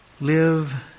live